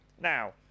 now